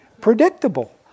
predictable